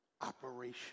operation